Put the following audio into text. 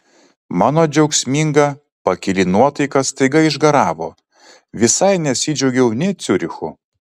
mano džiaugsminga pakili nuotaika staiga išgaravo visai nesidžiaugiau nė ciurichu